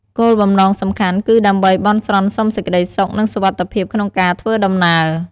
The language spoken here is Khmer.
គោលបំណងសំខាន់គឺដើម្បី បន់ស្រន់សុំសេចក្តីសុខ និងសុវត្ថិភាពក្នុងការធ្វើដំណើរ។